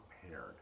prepared